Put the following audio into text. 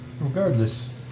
Regardless